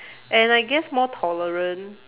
and I guess more tolerant